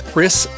chris